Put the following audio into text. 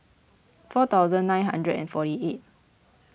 four thousand nine hundred and fourty eight